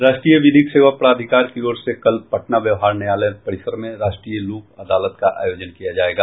राष्ट्रीय विधिक सेवा प्राधिकार की ओर से कल पटना व्यवहार न्यायालय परिसर में राष्ट्रीय लोक अदालत का आयोजन किया जायेगा